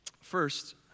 First